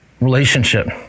relationship